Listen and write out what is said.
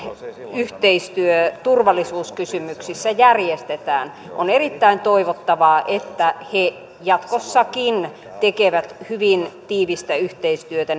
yhteistyö turvallisuuskysymyksissä järjestetään on erittäin toivottavaa että he jatkossakin tekevät hyvin tiivistä yhteistyötä